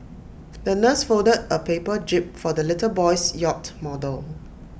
the nurse folded A paper jib for the little boy's yacht model